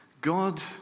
God